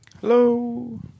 Hello